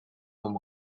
vom